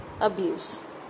abuse